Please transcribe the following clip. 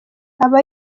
aba